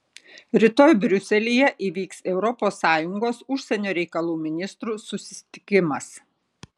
rytoj briuselyje įvyks europos sąjungos užsienio reikalų ministrų susitikimas